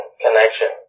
connection